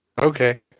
Okay